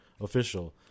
official